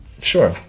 sure